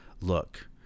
Look